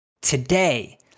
today